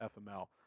FML